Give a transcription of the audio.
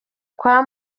kwa